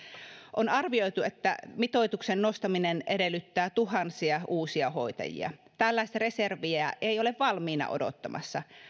on arvioitu että mitoituksen nostaminen edellyttää tuhansia uusia hoitajia tällaista reserviä ei ole valmiina odottamassa